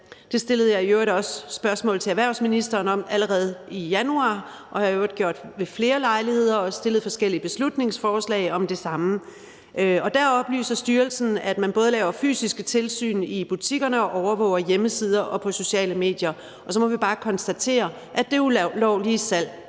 Det stillede jeg i øvrigt også spørgsmål til erhvervsministeren om allerede i januar, og det har jeg i øvrigt gjort ved flere lejligheder, og jeg har fremsat forskellige beslutningsforslag om det samme. Der oplyser styrelsen, at man både laver fysiske tilsyn i butikkerne og overvåger hjemmesider og sociale medier. Så må vi bare konstatere, at det ulovlige salg